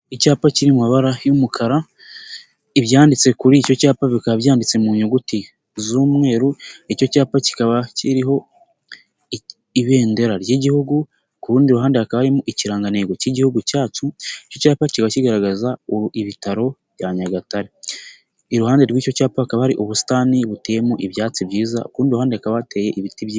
Icyapa kiri mu mabara y'umukara, ibyanditse kuri icyo cyapa bikaba byanditse mu nyuguti z'umweru, icyo cyapa kikaba kiriho ibendera ry'Igihugu, ku rundi ruhande hakaba harimo ikirangantego cy'Igihugu cyacu, icyo cyapa kiba kigaragaza ubu ibitaro bya Nyagatare, iruhande rw'icyo cyapa hakaba hari ubusitani butiyemo ibyatsi byiza, ku ruhande hakaba hateye ibiti byiza.